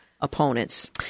opponents